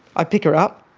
i pick her up,